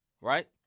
Right